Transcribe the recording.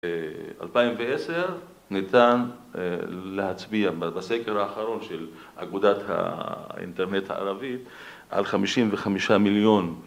2010 ניתן להצביע בסקר האחרון של אגודת האינטרנט הערבית על 55 מיליון